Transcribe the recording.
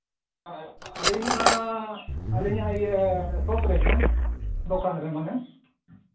ᱟᱹᱞᱤᱧ ᱢᱟ ᱟᱹᱞᱤᱧᱟᱜ ᱤᱭᱟᱹ ᱥᱚᱯ ᱨᱮ ᱦᱮᱱᱟᱜᱼᱟ ᱫᱚᱠᱟᱱ ᱨᱮ ᱢᱟᱱᱮ